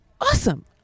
awesome